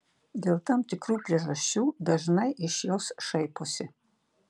dėl tam tikrų priežasčių dažnai iš jos šaiposi